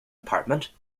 apartment